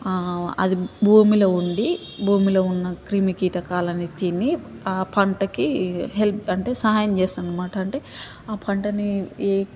ఆ అది భూమిలో ఉండి భూమిలో ఉన్న క్రిమికీటకాలని తిని ఆ పంటకి హెల్ప్ అంటే సహాయం చేస్తుంది అనమాట అంటే ఆ పంటని